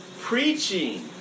preaching